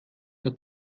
the